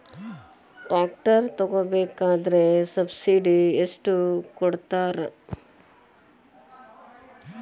Tractor ತಗೋಬೇಕಾದ್ರೆ subsidy ಎಷ್ಟು ಕೊಡ್ತಾರ?